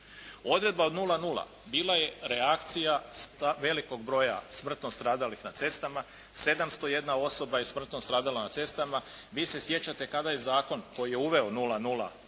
Odredba od 0,0 bila je reakcija velikog broja smrtno stradalih na cestama. 701 osoba je smrtno stradala na cestama. Vi se sjećate kada je zakon koji je uveo 0,0